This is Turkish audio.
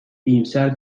iyimser